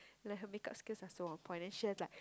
like her make up skills are so on point and she has like